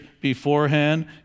beforehand